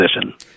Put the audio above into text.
position